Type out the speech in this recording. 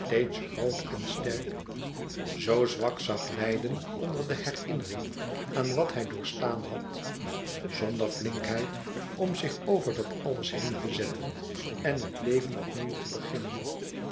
groot en sterk zoo zwak zag lijden onder de herinnering aan wat hij doorstaan had zonder flinkheid om zich over dat alles heen te zetten en het leven opnieuw te beginnen